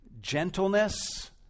gentleness